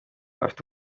afite